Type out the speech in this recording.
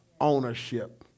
ownership